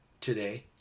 today